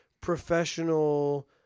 professional